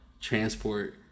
transport